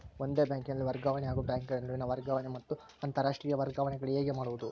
ಒಂದೇ ಬ್ಯಾಂಕಿನಲ್ಲಿ ವರ್ಗಾವಣೆ ಹಾಗೂ ಬ್ಯಾಂಕುಗಳ ನಡುವಿನ ವರ್ಗಾವಣೆ ಮತ್ತು ಅಂತರಾಷ್ಟೇಯ ವರ್ಗಾವಣೆಗಳು ಹೇಗೆ ಮಾಡುವುದು?